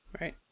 Right